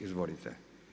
Izvolite.